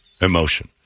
emotion